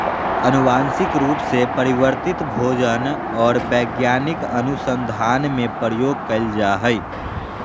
आनुवंशिक रूप से परिवर्तित भोजन और वैज्ञानिक अनुसन्धान में प्रयोग कइल जा हइ